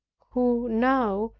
who now,